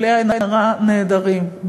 בלי עין הרע, נהדרים.